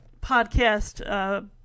podcast